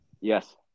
Yes